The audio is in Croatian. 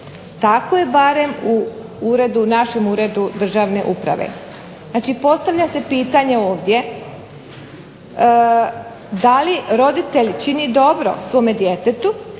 Tako je barem u našem Uredu državne uprave. Znači, postavlja se pitanje ovdje da li roditelj čini dobro svojem djetetu